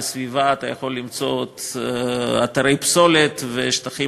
וסביבה אתה יכול למצוא אתרי פסולת ושטחים